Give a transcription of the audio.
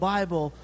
Bible